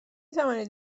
توانید